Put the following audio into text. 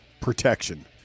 protection